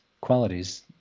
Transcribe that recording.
qualities